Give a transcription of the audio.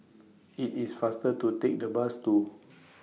IT IS faster to Take The Bus to